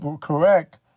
correct